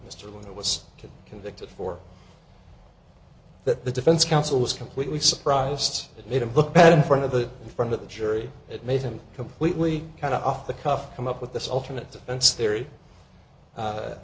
that was convicted for that the defense counsel was completely surprised it made him look bad in front of the front of the jury it made him completely kind of off the cuff come up with this alternate defense the